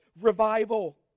revival